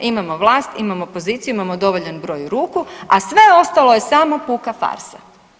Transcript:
Imamo vlast, imamo poziciju, imamo dovoljan broj ruku, a sve ostalo je samo puka farsa.